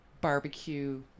barbecue